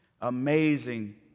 amazing